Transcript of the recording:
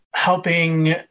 helping